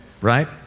right